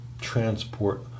transport